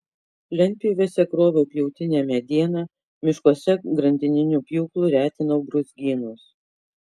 lentpjūvėse kroviau pjautinę medieną miškuose grandininiu pjūklu retinau brūzgynus